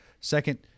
Second